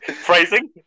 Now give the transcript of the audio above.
phrasing